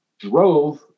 drove